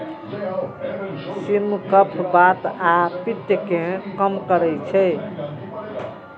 सिम कफ, बात आ पित्त कें कम करै छै